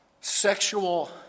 sexual